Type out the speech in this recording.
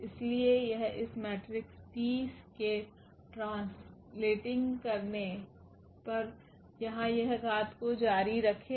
इसलिए यह इस मेट्रिक्स T के ट्रांस्लेटिंग करने पर यहां यह घात को जारी रखेगा